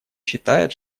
считает